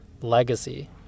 legacy